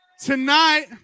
tonight